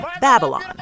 Babylon